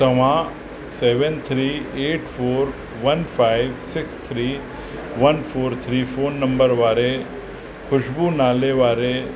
तव्हां seven three eight four one five six three one four three four number वारे ख़ुशबू नाले वारे